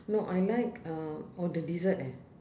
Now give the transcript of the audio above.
no I like uh oh the dessert eh